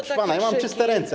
Proszę pana, ja mam czyste ręce.